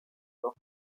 dos